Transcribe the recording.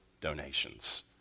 donations